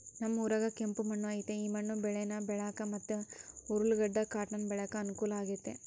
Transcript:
ನಮ್ ಊರಾಗ ಕೆಂಪು ಮಣ್ಣು ಐತೆ ಈ ಮಣ್ಣು ಬೇಳೇನ ಬೆಳ್ಯಾಕ ಮತ್ತೆ ಉರ್ಲುಗಡ್ಡ ಕಾಟನ್ ಬೆಳ್ಯಾಕ ಅನುಕೂಲ ಆಗೆತೆ